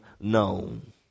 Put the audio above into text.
known